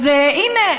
אז הינה,